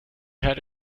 had